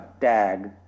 tag